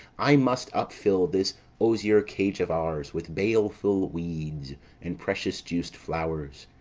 i must up-fill this osier cage of ours with baleful weeds and precious-juiced flowers.